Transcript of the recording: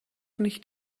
nicht